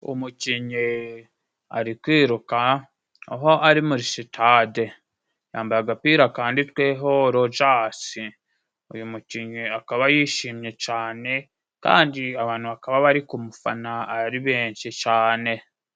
Umukinnyi ari kwiruka, aho ari muri sitade, yambaye agapira kanditsweho rojasi uyu mukinnyi akaba yishimye cane kandi abantu bakaba bari mufana ari benshi cane.